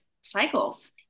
cycles